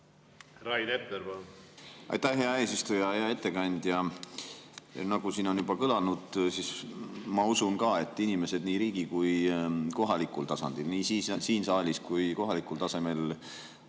Rain Epler, palun! Aitäh, hea eesistuja! Hea ettekandja! Nagu siin on juba kõlanud, usun ma ka, et inimesed nii riigi kui ka kohalikul tasandil, nii siin saalis kui ka kohalikul tasemel